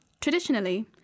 traditionally